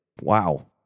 wow